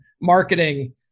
marketing